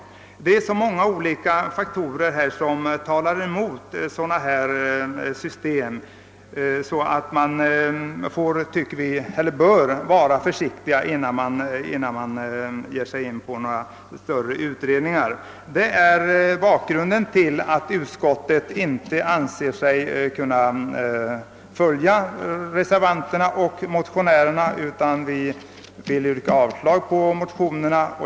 Det är så många olika faktorer som talar mot det föreslagna systemet att man bör vara försiktig innan man ger sig in på några större utredningar på området, och det är bakgrunden till att utskottsmajoriteten inte anser sig kunna följa motionärerna och reservanterna utan har avstyrkt deras förslag.